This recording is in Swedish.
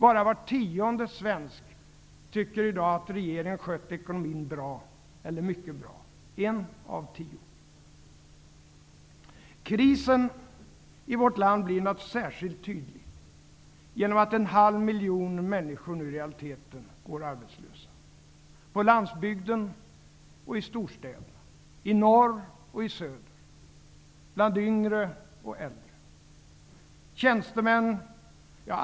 Bara var tionde svensk tycker i dag att regeringen har skött ekonomin bra eller mycket bra -- en av tio. Krisen i vårt land blir naturligtvis särskilt tydlig genom att en halv miljon människor nu i realiteten går arbetslösa -- på landsbygden och i storstäderna, i norr och i söder, bland yngre och bland äldre.